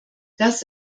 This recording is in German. das